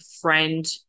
friend